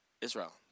israel